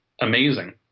amazing